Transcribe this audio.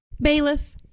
Bailiff